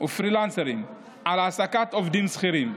ופרילנסרים על העסקת עובדים שכירים.